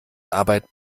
arbeit